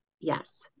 Yes